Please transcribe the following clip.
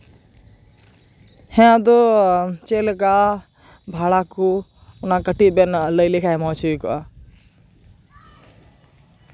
ᱦᱮᱸ ᱟᱫᱚ ᱪᱮᱫ ᱞᱮᱠᱟ ᱵᱷᱟᱲᱟ ᱠᱩ ᱚᱱᱟ ᱠᱟᱹᱴᱤᱡ ᱵᱮᱱ ᱞᱟᱹᱭᱟᱞᱮ ᱠᱷᱟᱱ ᱢᱚᱡᱽ ᱦᱩᱭ ᱠᱚᱜᱼᱟ